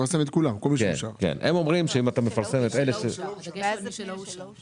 הם אומרים שאם אתה מפרסם את אלה שלא אושרו,